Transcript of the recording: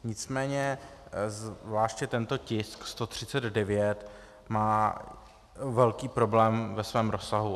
Nicméně zvláště tento tisk 139 má velký problém ve svém rozsahu.